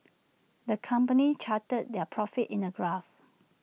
the company charted their profits in A graph